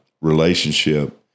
relationship